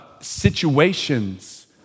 situations